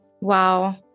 Wow